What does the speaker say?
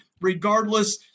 regardless